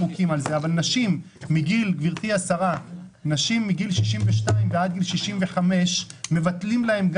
לנשים מגיל 62 עד גיל 65 מבטלים את